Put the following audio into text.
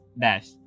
dash